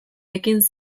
ekin